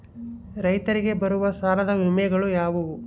ರೈತರಿಗೆ ಬರುವ ಸಾಲದ ವಿಮೆಗಳು ಯಾವುವು?